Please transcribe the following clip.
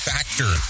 Factor